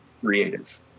creative